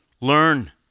Learn